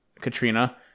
Katrina